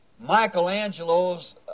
Michelangelo's